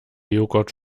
joghurt